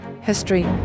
history